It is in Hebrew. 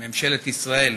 ממשלת ישראל.